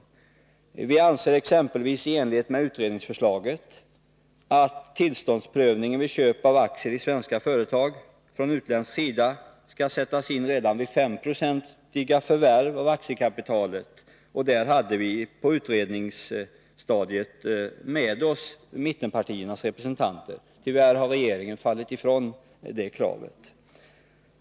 Vi anser för det första i enlighet med vad utredningen föreslagit att tillståndsprövningen vid köp från utländsk sida av aktier i svenska företag skall sättas in redan vid förvärv av 5 90 av aktiekapitalet. I den uppfattningen hade vi på utredningsstadiet med oss mittenpartiernas representanter. Tyvärr har regeringen frångått detta krav.